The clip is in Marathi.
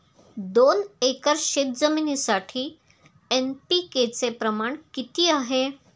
दोन एकर शेतजमिनीसाठी एन.पी.के चे प्रमाण किती आहे?